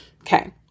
Okay